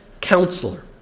Counselor